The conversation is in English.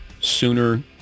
sooner